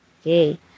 Okay